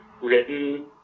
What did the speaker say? written